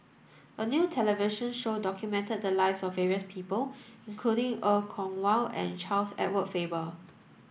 a new television show documented the lives of various people including Er Kwong Wah and Charles Edward Faber